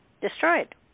destroyed